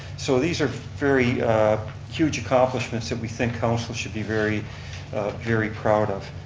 so these are very huge accomplishments that we think council should be very very proud of.